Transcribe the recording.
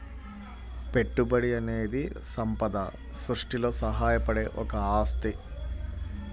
పెట్టుబడి అనేది సంపద సృష్టిలో సహాయపడే ఒక ఆస్తి